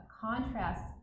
contrast